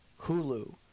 Hulu